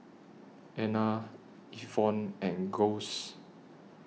Ena Evonne and Gus